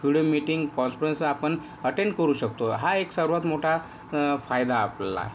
video meeting conference आपण attend करू शकतो हा एक सर्वात मोठा फायदा आपला